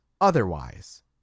otherwise